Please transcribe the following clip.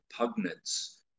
repugnance